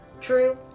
True